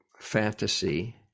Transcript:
fantasy